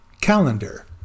Calendar